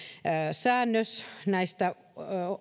säännös näistä